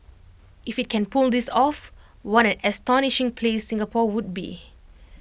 if IT can pull this off what an astonishing place Singapore would be